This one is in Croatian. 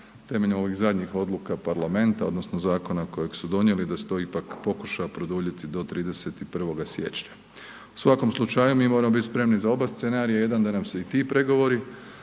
temeljem ovih zadnjih odluka parlamenta odnosno zakona kojeg su donijeli da se to ipak pokuša produljiti do 31. siječnja. U svakom slučaju mi moramo biti spremni za oba scenarija, jedan da nam se i ti pregovori